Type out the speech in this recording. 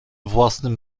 własnym